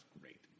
great